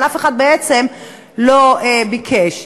אבל אף אחד בעצם לא ביקש.